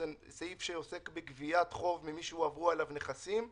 זה סעיף שעוסק בגביית חוב ממי שהועברו עליו נכסים.